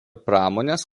pramonės